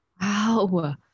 Wow